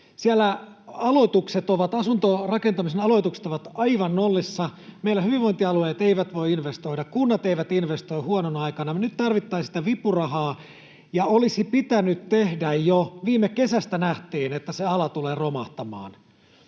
Siellä asuntorakentamisen aloitukset ovat aivan nollissa. Meillä hyvinvointialueet eivät voi investoida, kunnat eivät investoi huonona aikana. Nyt tarvittaisiin sitä vipurahaa, ja olisi pitänyt tehdä jo. Viime kesästä nähtiin, että se ala tulee romahtamaan.